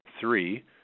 three